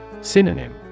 Synonym